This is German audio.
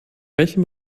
welchem